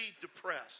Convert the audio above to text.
depressed